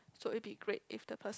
so it would be great if the person